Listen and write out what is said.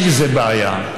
יש בזה בעיה,